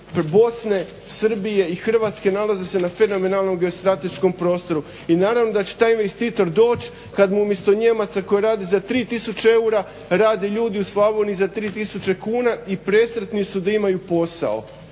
Bosne, Srbije i Hrvatske nalazi se na fenomenalnom geostrateškom prostoru i naravno da će taj investitor doći kada mu umjesto Nijemaca koji rade za tri tisuće eura rade ljudi u Slavoniji za tri tisuće kuna i presretni su da imaju posao